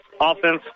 offense